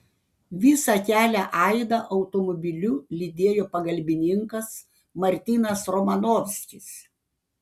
visą kelią aidą automobiliu lydėjo pagalbininkas martinas romanovskis